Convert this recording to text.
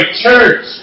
church